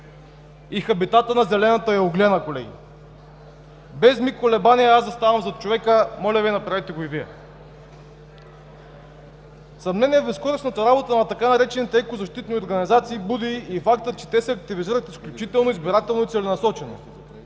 и хабитата на зелената еуглена, колеги! Без миг колебание аз заставам зад човека – моля Ви, направете го и Вие! Съмнение в безкористната работа на така наречените „екозащитни организации“ буди и фактът, че те се активизират изключително избирателно и целенасочено.